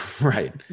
Right